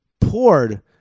poured